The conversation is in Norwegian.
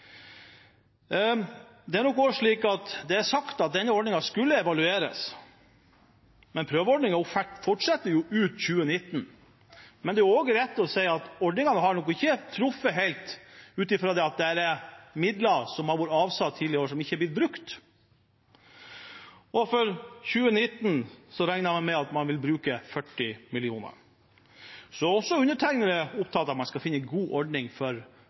Det er nok også slik at det er sagt at denne ordningen skulle evalueres, men prøveordningen fortsetter jo ut 2019. Men det er også rett å si at ordningen nok ikke har truffet helt, ut fra at det er midler som har vært avsatt tidligere år, som ikke er blitt brukt. For 2019 regner man med at man vil bruke 40 mill. kr. Så også jeg er opptatt av at man skal finne en god ordning for